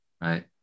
right